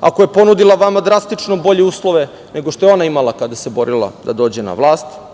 ako je ponudila vama drastično bolje uslove nego što je ona imala kada se borila da dođe na vlast,